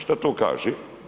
Šta to kaže?